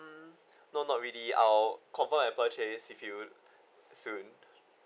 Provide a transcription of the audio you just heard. no not really I'll confirm a purchase with you soon